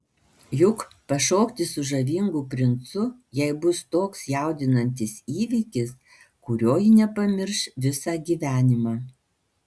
juk pašokti su žavingu princu jai bus toks jaudinantis įvykis kurio ji nepamirš visą gyvenimą